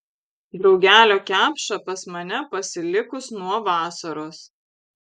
draugelio kepša pas mane pasilikus nuo vasaros